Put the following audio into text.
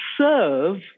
serve